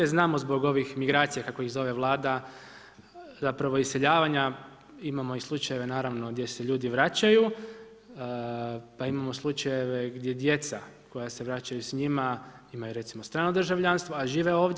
Znamo zbog ovih migracija, kako ih zove Vlada zapravo iseljavanja, imamo i slučajeve naravno, gdje se ljudi vraćaju, pa imamo slučajeve gdje djeca koja se vraćaju s njima imaju recimo strano državljanstvo, a žive ovdje.